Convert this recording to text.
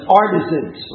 artisans